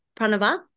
Pranava